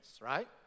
right